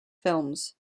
films